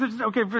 Okay